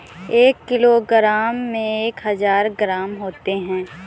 एक किलोग्राम में एक हजार ग्राम होते हैं